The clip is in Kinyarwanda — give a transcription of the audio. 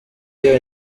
iyo